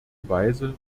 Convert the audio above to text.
weise